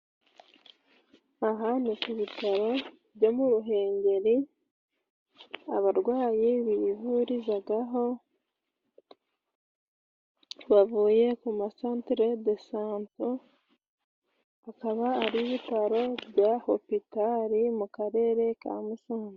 Aha ni ku bitaro byo mu Ruhengeri abarwayi bivurizagaho bavuye ku masantre do sante, akaba ari ibitaro bya hopitali mu Karere ka Musanze.